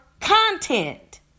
content